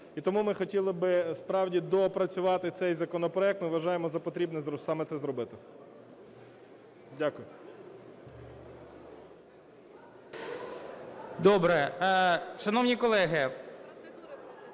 і тому ми хотіли би справді доопрацювати цей законопроект. Ми вважаємо за потрібне саме це зробити. Дякую.